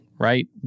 right